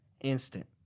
instant